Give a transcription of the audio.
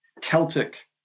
Celtic